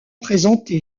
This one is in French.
présenté